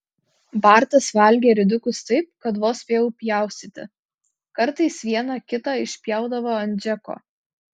bartas valgė ridikus taip kad vos spėjau pjaustyti kartais vieną kitą išspjaudavo ant džeko